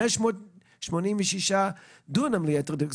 586 דונם ליתר דיוק,